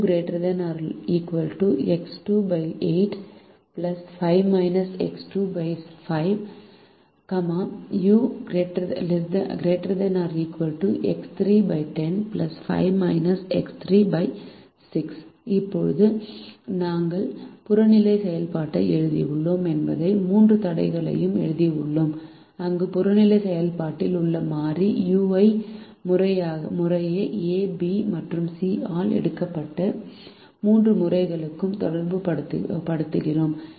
எனவே இப்போது நாங்கள் புறநிலை செயல்பாட்டை எழுதியுள்ளோம் என்பதையும் 3 தடைகளையும் எழுதியுள்ளோம் அங்கு புறநிலை செயல்பாட்டில் உள்ள மாறி u ஐ முறையே A B மற்றும் C ஆல் எடுக்கப்பட்ட மூன்று முறைகளுடன் தொடர்பு படுத்துகிறோம்